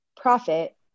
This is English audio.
profit